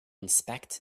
inspect